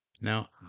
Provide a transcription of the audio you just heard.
Now